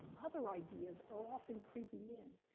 other ideas are often creeping in.